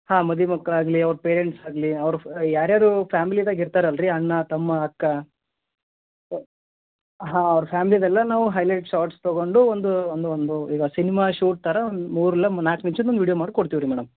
ಹಾಂ ಮದುಮಕ್ಳು ಆಗಲಿ ಅವ್ರ ಪೇರೆಂಟ್ಸ್ ಆಗಲಿ ಅವ್ರ ಯಾರ್ಯಾರು ಫ್ಯಾಮ್ಲಿದಾಗ ಇರ್ತಾರಲ್ಲ ರಿ ಅಣ್ಣ ತಮ್ಮ ಅಕ್ಕ ಹಾಂ ಅವ್ರ ಫ್ಯಾಮ್ಲಿದು ಎಲ್ಲ ನಾವು ಹೈಲೆಟ್ಸ್ ಶಾಟ್ಸ್ ತಗೊಂಡು ಒಂದು ಒಂದು ಒಂದು ಈಗ ಸಿನಿಮಾ ಶೂಟ್ ಥರ ಒಂದು ಮೂರು ಇಲ್ಲ ನಾಲ್ಕು ನಿಮ್ಷದ್ದು ಒಂದು ವಿಡಿಯೋ ಮಾಡಿ ಕೊಡ್ತೀವಿ ರೀ ಮೇಡಮ್